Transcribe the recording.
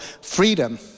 freedom